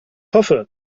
hoffe